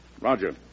Roger